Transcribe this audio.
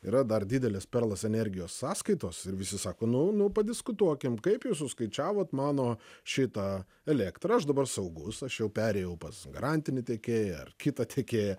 yra dar didelės perlas energijos sąskaitos ir visi sako nu nu padiskutuokim kaip jūs suskaičiavot mano šitą elektrą aš dabar saugus aš jau perėjau pas garantinį tiekėją ar kitą tiekėją